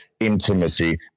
intimacy